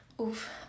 Oof